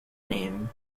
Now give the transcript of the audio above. name